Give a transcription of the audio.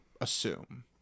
assume